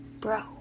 bro